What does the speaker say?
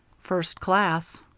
first-class.